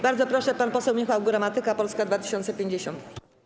Bardzo proszę, pan poseł Michał Gramatyka, Polska 2050.